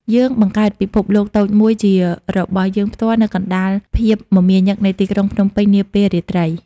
យើងបង្កើតពិភពលោកតូចមួយជារបស់យើងផ្ទាល់ នៅកណ្តាលភាពមមាញឹកនៃទីក្រុងភ្នំពេញនាពេលរាត្រី។